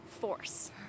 force